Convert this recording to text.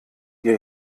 die